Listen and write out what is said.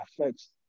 affects